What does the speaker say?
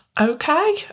Okay